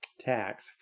tax